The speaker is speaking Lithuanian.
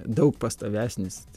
daug pastovesnis